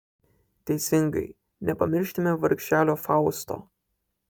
teisingai nepamirškime vargšelio fausto